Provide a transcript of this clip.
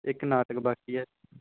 ਇੱਕ ਨਾਟਕ ਬਾਕੀ ਹੈ